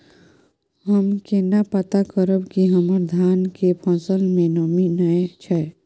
हम केना पता करब की हमर धान के फसल में नमी नय छै?